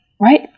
right